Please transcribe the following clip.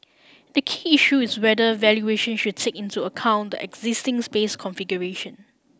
the key issue is whether valuation should take into account the existing space configuration